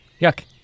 Yuck